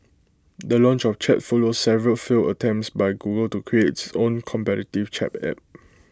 the launch of chat follows several failed attempts by Google to create its own competitive chat app